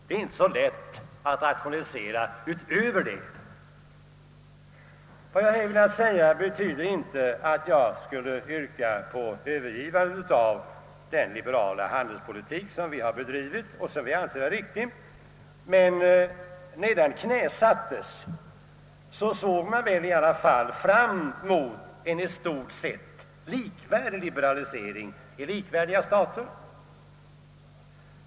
Vad jag nu sagt betyder inte att jag skulle yrka på ett övergivande av den liberala handelspolitik vi betraktat som riktig. Men när denna handelspolitik knäsattes såg vi väl i alla fall fram mot en i stort sett likvärdig liberalisering i likvärdiga stater.